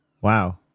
Wow